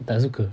tak suka